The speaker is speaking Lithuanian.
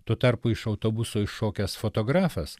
tuo tarpu iš autobuso iššokęs fotografas